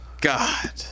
God